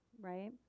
right